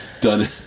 done